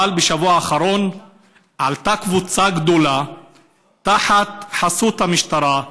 אבל בשבוע האחרון עלתה קבוצה גדולה בחסות המשטרה.